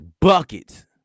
buckets